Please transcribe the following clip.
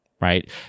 Right